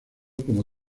como